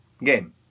game